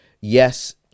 yes